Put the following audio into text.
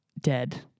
dead